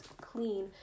clean